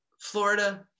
florida